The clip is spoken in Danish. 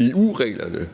EU-reglerne,